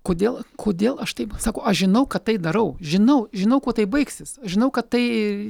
kodėl kodėl aš taip sakau aš žinau kad tai darau žinau žinau kuo tai baigsis žinau kad tai